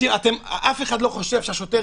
אף אחד לא חושב שהשוטר,